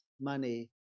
money